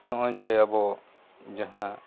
ᱱᱚᱜᱼᱚᱭ ᱡᱮ ᱟᱵᱚ ᱡᱟᱦᱟᱸ